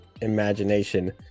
imagination